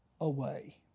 away